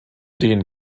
denen